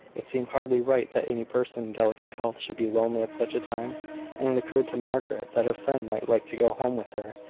it seemed hardly right that any person in delicate health should be lonely at such a time and it occurred to margaret that her friend might like to go home with her,